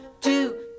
two